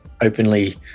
openly